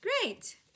Great